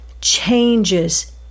changes